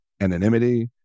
anonymity